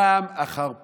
פעם אחר פעם,